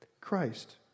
Christ